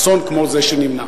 אסון כמו זה שנמנע.